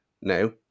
No